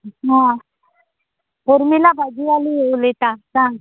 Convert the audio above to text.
आं उर्मिला भाजीवाली उलयता सांग